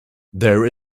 there